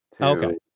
Okay